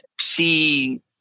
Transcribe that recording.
see